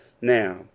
Now